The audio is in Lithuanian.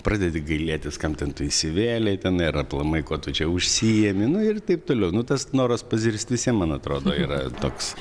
pradedi gailėtis kam ten tu įsivėlei tenai ir aplamai kuo tu čia užsiimi nu ir taip toliau nu noras pazirst visiem man atrodo yra toks